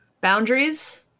Boundaries